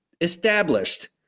established